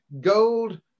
gold